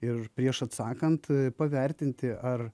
ir prieš atsakant pavertinti ar